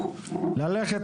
ללכת,